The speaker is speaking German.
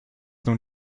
nun